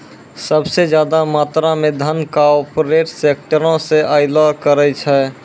सभ से ज्यादा मात्रा मे धन कार्पोरेटे सेक्टरो से अयलो करे छै